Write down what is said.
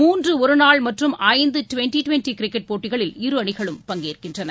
மூன்று ஒரு நாள் மற்றும் ஐந்து டிவெண்டி டிவெண்டி கிரிக்கெட் போட்டிகளில் இரு அணிகளும் பங்கேற்கின்றன